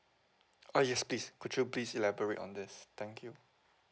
ah yes please could you please elaborate on this thank you